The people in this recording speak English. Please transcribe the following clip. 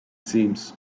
seems